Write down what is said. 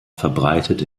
verbreitet